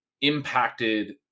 impacted